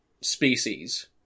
species